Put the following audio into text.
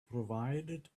provided